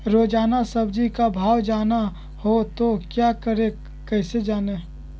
रोजाना सब्जी का भाव जानना हो तो क्या करें कैसे जाने?